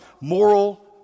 moral